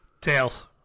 Tails